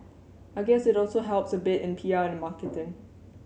I guess it also helps a bit in P R and marketing